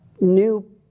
new